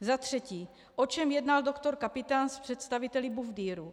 Za třetí: O čem jednal doktor Kapitán s představiteli Bufdiru?